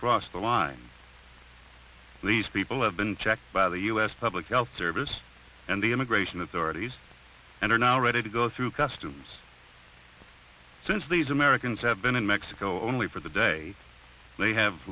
across the line these people have been checked by the us public health service and the immigration authorities and are now ready to go through customs since these americans have been in mexico only for the day they have